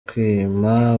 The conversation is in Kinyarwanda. kwima